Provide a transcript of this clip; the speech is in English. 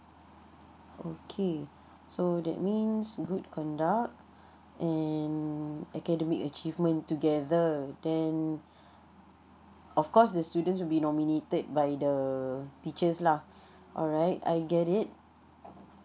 okay so that means good conduct and academic achievement together then of course the students will be nominated by the teachers lah alright I get it